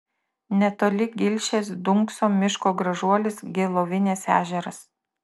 netoli gilšės dunkso miško gražuolis gelovinės ežeras